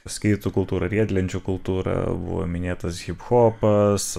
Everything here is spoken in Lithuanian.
skeitų kultūra riedlenčių kultūra buvo minėtas hiphopas